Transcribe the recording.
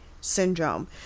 syndrome